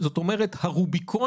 זאת אומרת, הרוביקון